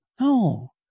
No